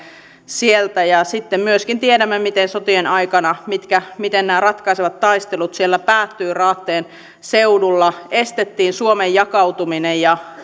sitten myöskin tiedämme miten sotien aikana nämä ratkaisevat taistelut siellä päättyivät raatteen seudulla estettiin suomen jakautuminen ja